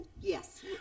Yes